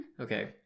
Okay